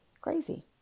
crazy